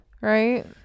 Right